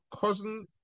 cousin